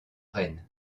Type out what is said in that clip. reine